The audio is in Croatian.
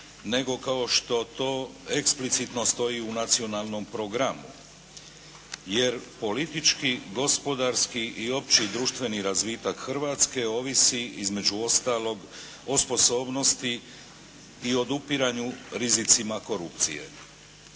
nego kao što to explicitno stoji u nacionalnom programu, jer politički, gospodarski i opći društveni razvitak Hrvatske ovisi između ostalog o sposobnosti i odupiranju rizicima korupcije.